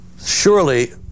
surely